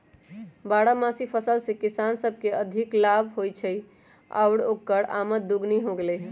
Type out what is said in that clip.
बारहमासी फसल से किसान सब के अधिक लाभ होई छई आउर ओकर आमद दोगुनी हो गेलई ह